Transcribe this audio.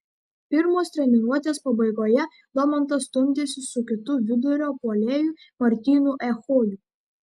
pirmos treniruotės pabaigoje domantas stumdėsi su kitu vidurio puolėju martynu echodu